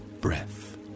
breath